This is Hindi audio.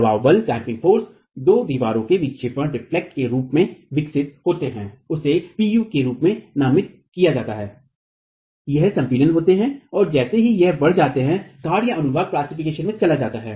दवाब बल जो दीवार के विक्षेपण के रूप में विकसित होता है उसे Pu के रूप में नामित किया जाता है यह संपीड़न होता है और जैसे ही यह बढ़ जाता है काटअनुभाग प्लास्टिफिकेशन में चला जाता है